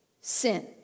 sin